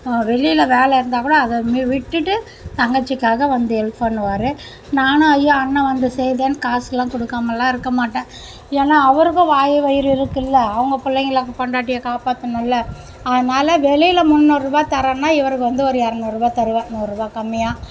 வெளியில் வேலயிருந்தாகூட அதை விட்டுவிட்டு தங்கச்சிக்காக வந்து ஹெல்ப் பண்ணுவார் நானும் ஐயோ அண்ணன் வந்து செய்யுதேன்னு காசுலாம் கொடுக்காமலாம் இருக்கமாட்டேன் ஏன்னா அவருக்கும் வாய் வயிறு இருக்குல்ல அவங்க பிள்ளைங்கள பொண்டாட்டியை காப்பாத்தணும்ல அதனால வெளியில் முன்னூரூவா தர்றோம்னா இவருக்கு வந்து ஒரு இரநூறுவா தருவேன் நூரூவா கம்மியாக